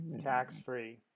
Tax-free